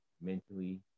mentally